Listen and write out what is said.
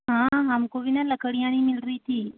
हाँ हम को भी ना लकड़ियाँ नहीं मिल रही थी